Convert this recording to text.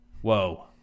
Whoa